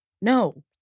No